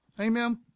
Amen